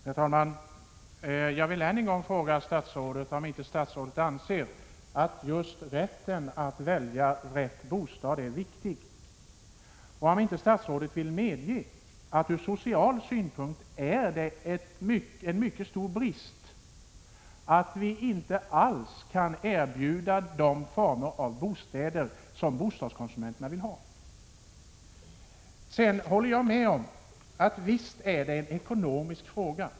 Herr talman! Jag vill än en gång fråga statsrådet om inte statsrådet anser att just rättigheten att välja rätt bostad är viktig och om inte statsrådet vill medge att det ur social synpunkt är en mycket stor brist att vi inte alls kan erbjuda de former av bostäder som bostadskonsumenterna vill ha. Jag håller med om att den här frågan visst är en ekonomisk fråga.